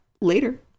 later